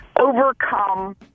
overcome